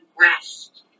rest